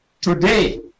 Today